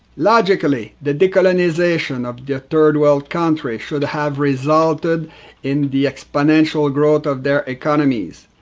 logically, the decolonization of the third world countries should have resulted in the exponential growth of their economies.